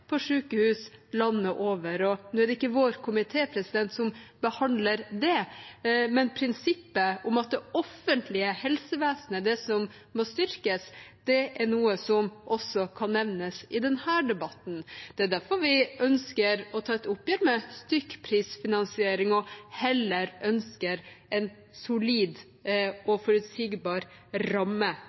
på sykehus landet over. Nå er det ikke vår komité som behandler det, men prinsippet om at det offentlige helsevesenet er det som må styrkes, er noe som også kan nevnes i denne debatten. Det er derfor vi ønsker å ta et oppgjør med stykkprisfinansiering og heller ønsker en solid og forutsigbar